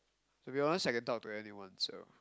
to be honest I can talk to anyone so